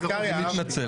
אני מתנצל.